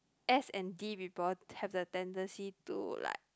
S and D people have the tendency to like